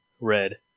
red